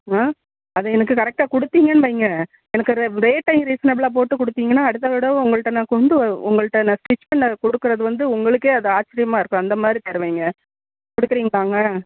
ம் அதை எனக்கு கரெக்ட்டாக கொடுத்தீங்கன்னு வையுங்க எனக்கு ர ரேட்டையும் ரீசனபிளா போட்டு கொடுத்தீங்கனா அடுத்த தடவை உங்கள்கிட்ட நான் கொண்டு வ உங்கள்கிட்ட நான் ஸ்டிச் பண்ண கொடுக்கறது வந்து உங்களுக்கே அது ஆச்சரியமா இருக்கும் அந்த மாதிரி தருவேங்க கொடுக்குறீங்களாங்க